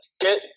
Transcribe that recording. get